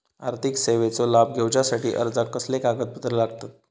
आर्थिक सेवेचो लाभ घेवच्यासाठी अर्जाक कसले कागदपत्र लागतत?